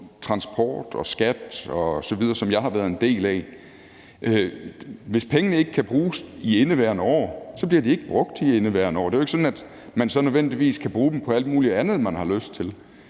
transport og skat osv., som jeg har været en del af, har det været sådan, at hvis pengene ikke kunne bruges i indeværende år, blev de ikke brugt i indeværende år. Det er jo ikke sådan, at man så nødvendigvis kan bruge dem på alt muligt andet, man har lyst til.